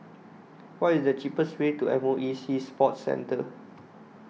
What IS The cheapest Way to M O E Sea Sports Centre